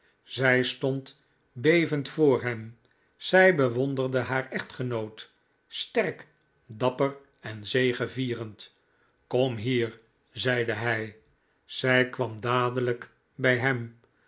zij stond bevend voor hem zij bewonderde haar echtgenoot sterk dapper en zegevierend kom hier zeide hij zij kwam dadelijk bij hem